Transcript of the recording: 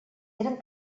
eren